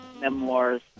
memoirs